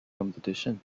competition